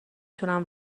تونم